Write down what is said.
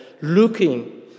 looking